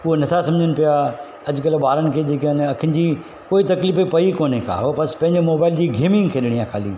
उहो नथा सम्झनि पिया अॼुकल्ह ॿारनि खे जेके अखियुनि जी कोई तकलीफ़ पई कोन्हे का हू बसि पंहिंजे मोबाइल जी गेम ई खेलणी आहे ख़ाली